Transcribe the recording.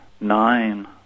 nine